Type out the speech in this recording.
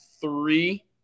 three